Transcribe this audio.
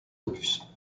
opus